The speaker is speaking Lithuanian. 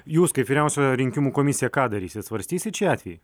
jūs kaip vyriausioji rinkimų komisija ką darysit svarstysit šį atvejį